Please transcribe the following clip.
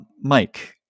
Mike